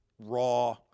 raw